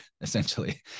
essentially